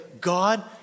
god